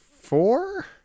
four